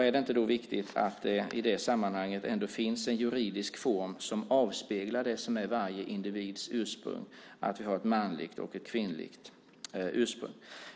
Är det då inte viktigt att det i det sammanhanget ändå finns en juridisk form som avspeglar det som är varje individs ursprung, att vi har ett manligt och ett kvinnligt ursprung?